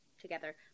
together